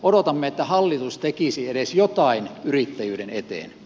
odotamme että hallitus tekisi edes jotain yrittäjyyden eteen